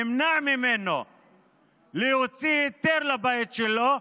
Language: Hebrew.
שנמנע ממנו להוציא היתר לבית שלו,